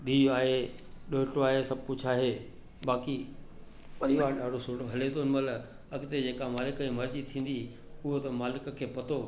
धीउ आहे ॾोहिटो आहे सभु कुझु आहे बाक़ी परिवार ॾाढो सुठो हले थो हिनमहिल अॻिते जेका मालिक जी मर्ज़ी थींदी उहा त मालिक खे पतो